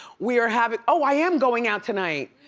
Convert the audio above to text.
we are having, oh i am going out tonight.